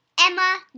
Emma